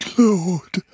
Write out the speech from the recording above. lord